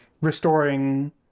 restoring